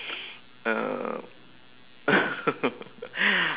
uh